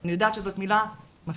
ואני יודעת שזאת מילה מפתיעה,